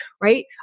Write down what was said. Right